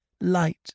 light